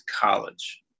college